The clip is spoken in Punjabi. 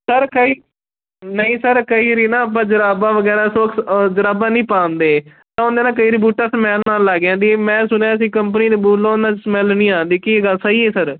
ਸਰ ਕਈ ਨਹੀਂ ਸਰ ਕਈ ਵਾਰੀ ਨਾ ਆਪਾਂ ਜੁਰਾਬਾਂ ਵਗੈਰਾ ਸੋਕਸ ਅ ਜੁਰਾਬਾਂ ਨਹੀਂ ਪਾਉਂਦੇ ਤਾਂ ਉਹਨਾਂ ਨਾਲ ਕਈ ਵਾਰ ਬੂਟਾਂ ਸਮੈਲ ਆਉਣ ਲੱਗ ਜਾਂਦੀ ਹੈ ਮੈਂ ਸੁਣਿਆ ਸੀ ਕੰਪਨੀ ਨੇ ਬੋਲੋ ਸਮੈਲ ਨਹੀਂ ਆਉਂਦੀ ਕੀ ਸਹੀ ਹੈ ਸਰ